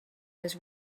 was